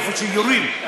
איפה שיורים,